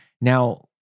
Now